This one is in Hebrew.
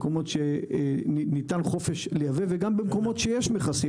מקומות שניתן חופש לייבא וגם במקומות שיש מכסים,